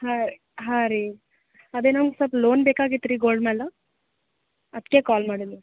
ಹಾಂ ಹಾಂ ರೀ ಅದೇ ನಂಗೆ ಸ್ವಲ್ಪ ಲೋನ್ ಬೇಕಾಗಿತ್ತು ರೀ ಗೋಲ್ಡ್ ಮೇಲೆ ಅದಕ್ಕೆ ಕಾಲ್ ಮಾಡೀನಿ